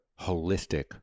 holistic